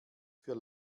für